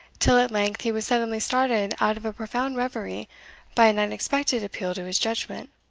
till at length he was suddenly started out of a profound reverie by an unexpected appeal to his judgment.